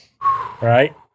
Right